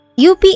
UP